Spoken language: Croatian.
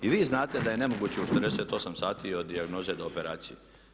I vi znate da je nemoguće u 48 sati od dijagnoze do operacije.